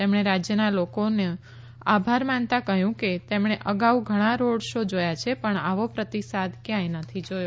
તેમણે રાજયના લોકોનો આભાર માનતા કહયું કે તેમણે અગાઉ ઘણા રોડ શો જોયા છે પણ આવો પ્રતિસાદ કયાંય નથી જોયો